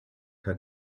her